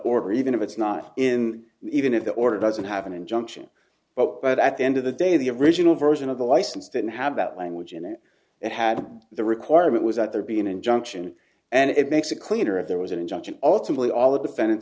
order even if it's not in even if the order doesn't have an injunction but but at the end of the day the original version of the license didn't have that language and it had the requirement was that there be an injunction and it makes a cleaner if there was an injunction ultimately all the defendant